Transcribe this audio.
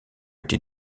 été